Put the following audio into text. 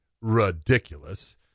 ridiculous